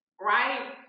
right